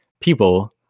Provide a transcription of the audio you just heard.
people